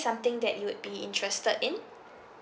something that you'd be interested in